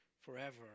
forever